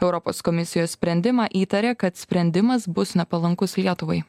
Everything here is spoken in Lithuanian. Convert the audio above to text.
europos komisijos sprendimą įtarė kad sprendimas bus nepalankus lietuvai